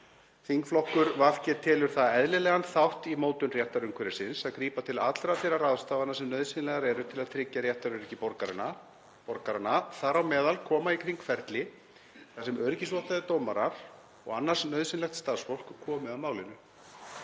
Þingflokkur VG telur það eðlilegan þátt í mótun réttarumhverfisins að grípa til allra þeirra ráðstafna sem nauðsynlegar eru til að tryggja réttaröryggi borgaranna, þar á meðal koma í kring ferli þar sem öryggisvottaðir dómarar og annað nauðsynlegt starfsfólk komi að málinu.